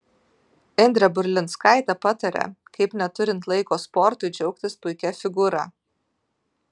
indrė burlinskaitė patarė kaip neturint laiko sportui džiaugtis puikia figūra